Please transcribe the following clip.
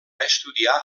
estudiar